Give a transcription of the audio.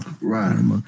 right